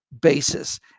basis